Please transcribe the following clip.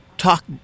talk